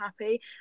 happy